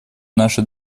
наши